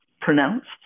pronounced